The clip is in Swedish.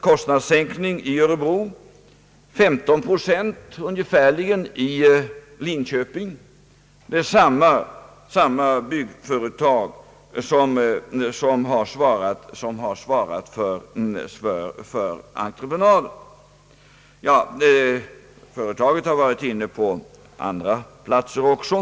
Kostnadssänkningen var som sagt 20 procent i Örebro och ungefärligen 15 procent i Linköping, med samma byggföretag som entreprenör. Företaget har varit verksamt på andra platser också.